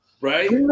Right